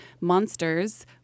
monsters